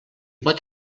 pot